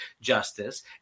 justice